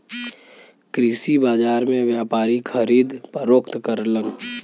कृषि बाजार में व्यापारी खरीद फरोख्त करलन